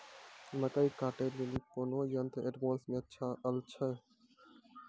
मकई कांटे ले ली कोनो यंत्र एडवांस मे अल छ?